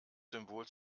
symbol